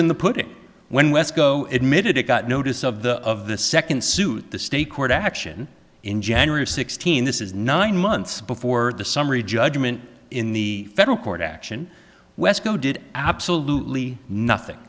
wesco admitted it got notice of the of the second suit the state court action in january of sixteen this is nine months before the summary judgment in the federal court action wesco did absolutely nothing